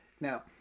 Now